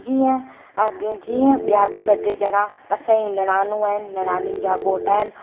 जीअं अॻु जीअं ॿिया बि ॿ टे ॼणा असांजी निणानूं आहिनि निणानुनि जा घोट आहिनि